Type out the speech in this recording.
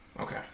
Okay